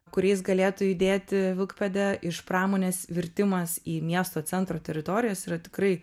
kuriais galėtų judėti vilkpėdė iš pramonės virtimas į miesto centro teritorijas yra tikrai